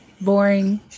boring